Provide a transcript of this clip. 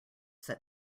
set